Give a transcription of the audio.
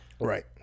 Right